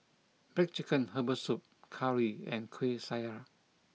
Black Chicken Herbal Soup Curry and Kueh Syara